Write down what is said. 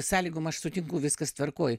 sąlygom aš sutinku viskas tvarkoj